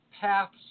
paths